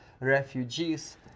refugees